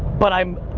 but i'm,